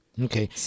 Okay